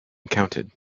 counted